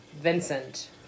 Vincent